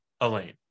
Elaine